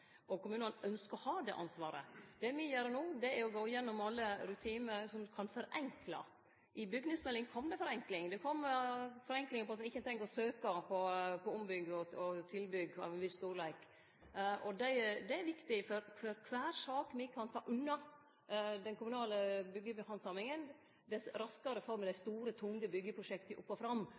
og kommunane ynskjer å ha det ansvaret. Det me gjer no, er å gå gjennom alle rutinar som kan forenkle. I byggjemeldinga kjem det forenklingar. Det kjem forenklingar om at ein ikkje treng å søkje på tilbygg av ein viss storleik. Det er viktig. For kvar sak me kan ta unna den kommunale byggjehandsaminga, dess raskare får me dei store, tunge byggjeprosjekta opp og fram.